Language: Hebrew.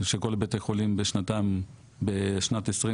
שכל בתי החולים בשנת 2022